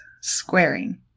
squaring